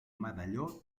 medalló